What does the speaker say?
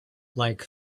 like